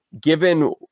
given